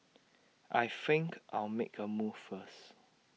I think I'll make A move first